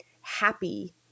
happy